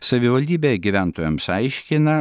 savivaldybė gyventojams aiškina